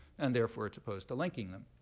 and therefore, it's opposed to linking them.